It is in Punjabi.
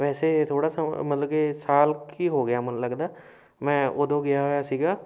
ਵੈਸੇ ਥੋੜ੍ਹਾ ਥੋ ਮਤਲਬ ਕਿ ਸਾਲ ਕੁ ਹੀ ਹੋ ਗਿਆ ਮੈਨੂੰ ਲੱਗਦਾ ਮੈਂ ਉਦੋਂ ਗਿਆ ਹੋਇਆ ਸੀਗਾ